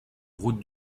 route